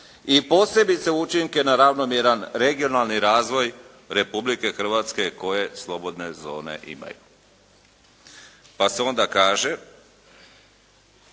i posebice učinke na ravnomjeran regionalni razvoj Republike Hrvatske koje slobodne zone imaju. Pa se onda kaže,